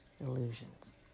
illusions